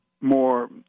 more